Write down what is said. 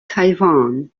taiwan